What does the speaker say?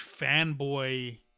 fanboy